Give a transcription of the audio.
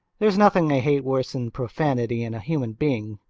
there's nothing i hate worse'n profanity in a human being,